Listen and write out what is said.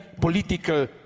political